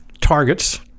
targets